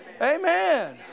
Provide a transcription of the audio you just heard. Amen